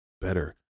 better